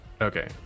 Okay